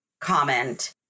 comment